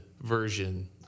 version